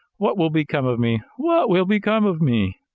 what will become of me? what will become of me?